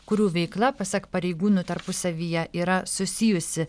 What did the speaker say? kurių veikla pasak pareigūnų tarpusavyje yra susijusi